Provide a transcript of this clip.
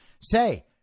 Say